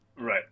Right